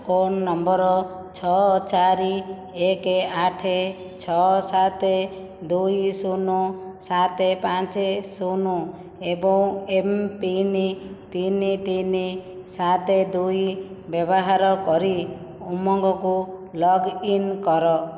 phone number ଛଅ ଚାରି ଏକ ଆଠ ଛଅ ସାତ ଦୁଇ ଶୂନ ସାତ ପାଞ୍ଚ ଶୂନ ଏବଂ ଏମ୍ ପିନ୍ ତିନି ତିନି ସାତ ଦୁଇ ବ୍ୟବହାର କରି ଉମଙ୍ଗକୁ ଲଗ୍ ଇନ୍ କର